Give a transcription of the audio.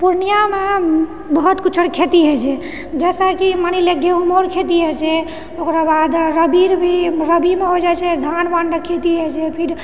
पूर्णियामे बहुत किछु आओर खेती होइत छै जैसेकी मानि लियै गेहूँमो रऽ खेती होइत छै ओकराबाद रबी रऽ भी रबीमे हो जाइत छै धान वान रऽ खेती होइत छै फिर